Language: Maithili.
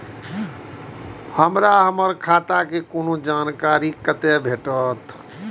हमरा हमर खाता के कोनो जानकारी कते भेटतै